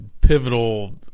pivotal